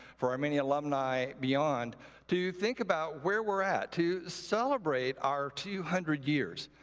for our many alumni beyond to think about where we're at, to celebrate our two hundred years.